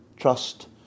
trust